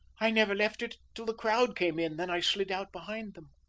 i never left it till the crowd came in. then i slid out behind them.